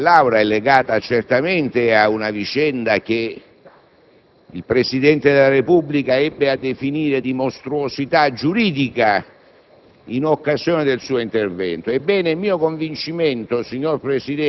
L'argomento oggi all'esame dell'Aula è legato certamente ad una vicenda che il Presidente della Repubblica ebbe a definire una mostruosità giuridica